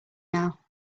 now